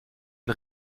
une